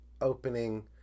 opening